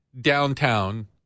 downtown